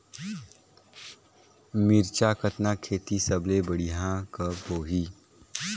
मिरचा कतना खेती सबले बढ़िया कब होही?